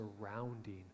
surrounding